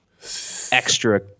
extra